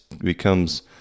becomes